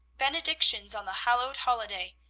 benedictions on the hallowed holiday!